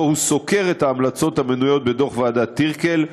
ובו סקר את ההמלצות המנויות בדוח ועדת טירקל,